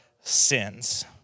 sins